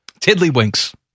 Tiddlywinks